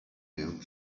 león